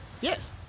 Yes